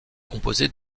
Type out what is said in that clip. composée